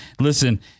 Listen